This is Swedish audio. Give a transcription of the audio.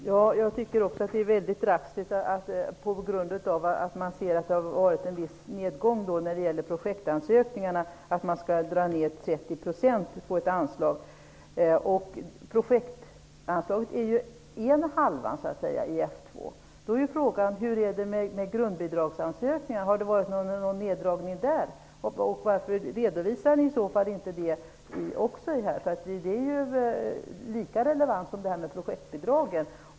Herr talman! Det är drastiskt att dra ner 30 % på ett anslag på grund av att det har varit en viss nedgång när det gäller ansökningarna till projektbidrag. Projektanslaget är ju den ena hälften av F 2 anslaget. Då är frågan: Hur är det med grundbidragsansökningarna? Har det varit någon neddragning? Varför redovisar ni i så fall inte det? Det är ju lika relevant som ansökningarna till projektbidragen.